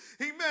Amen